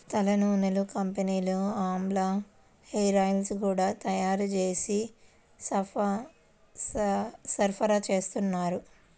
తలనూనెల కంపెనీలు ఆమ్లా హేరాయిల్స్ గూడా తయ్యారు జేసి సరఫరాచేత్తన్నారు